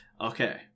Okay